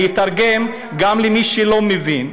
אני אתרגם למי שלא מבין.